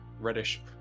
reddish